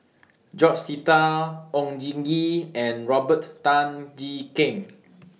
George Sita Oon Jin Gee and Robert Tan Jee Keng